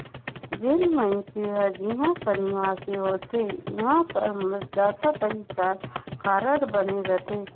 जेन मइनसे हर जिहां कर निवासी होथे उहां कर मतदाता पहिचान कारड बने रहथे